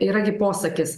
yra gi posakis